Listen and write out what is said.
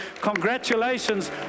Congratulations